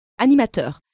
Animateur